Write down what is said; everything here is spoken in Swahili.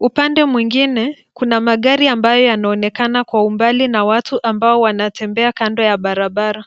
Upande mwingine kuna magari ambayo yanaonekana kwa umbali na watu ambao wanatembea kando ya barabara.